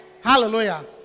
hallelujah